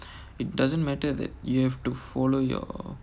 it doesn't matter that you have to follow your